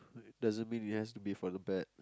doesn't mean it has to be for the bad